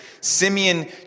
Simeon